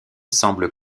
semblent